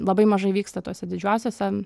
labai mažai vyksta tose didžiuosiuose